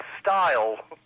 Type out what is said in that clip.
style